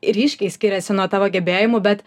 ryškiai skiriasi nuo tavo gebėjimų bet